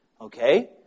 Okay